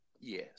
Yes